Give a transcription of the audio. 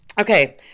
Okay